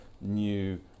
new